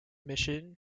mission